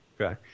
Okay